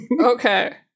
Okay